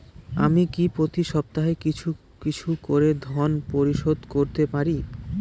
আমি কি প্রতি সপ্তাহে কিছু কিছু করে ঋন পরিশোধ করতে পারি?